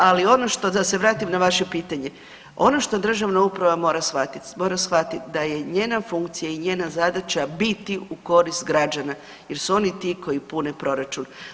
Ali ono, da se vratim na vaše pitanje, ono što državna uprava mora shvatiti, mora shvatiti da je njena funkcija i njena zadaća biti u korist građana jer su oni ti koji pune proračun.